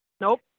Nope